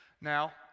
now